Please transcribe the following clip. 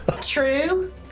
True